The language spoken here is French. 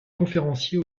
conférencier